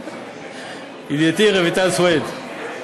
ידידתי רויטל סויד.